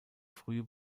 frühe